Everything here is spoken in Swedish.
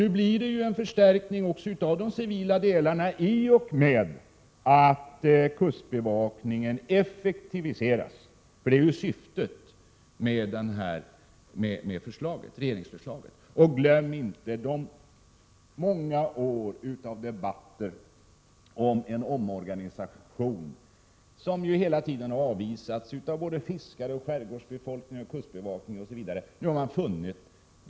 De civila delarna förstärks nu i och med att kustbevakningen effektiviseras, vilket är syftet med regeringsförslaget. Vi skall inte glömma bort den debatt som under många år har förekommit med krav på en omorganisation, som dock hela tiden avvisats av fiskare, skärgårdsbefolkning, kustbevakning osv. Man har nu kommit fram till en Prot.